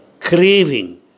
craving